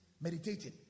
Meditating